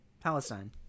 Palestine